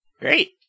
Great